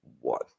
one